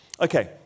Okay